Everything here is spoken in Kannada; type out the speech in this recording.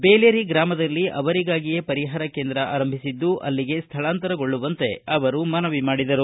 ಬೇಲೇರಿ ಗ್ರಾಮದಲ್ಲಿ ಅವರಿಗಾಗಿಯೇ ಪರಿಹಾರ ಕೇಂದ್ರ ಆರಂಭಿಸಿದ್ದು ಅಲ್ಲಿಗೆ ಸ್ವಳಾಂತರಗೊಳ್ಳುವಂತೆ ಮನವಿ ಮಾಡಿದರು